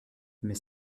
mais